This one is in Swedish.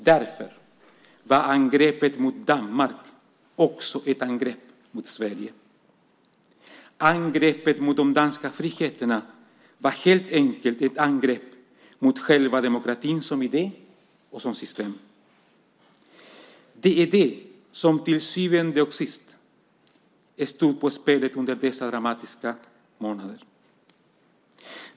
Därför var angreppet mot Danmark också ett angrepp mot Sverige. Angreppet mot de danska friheterna var helt enkelt ett angrepp mot själva demokratin som idé och som system. Det var det som till syvende och sist stod på spel under dessa dramatiska månader.